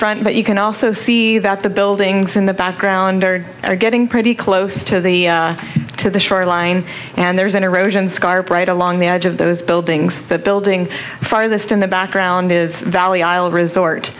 front but you can also see that the buildings in the background are getting pretty close to the to the shoreline and there's an erosion scarp right along the edge of those buildings the building farthest in the background is valley isle resort